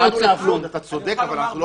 אתה משתיק אותו.